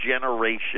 generation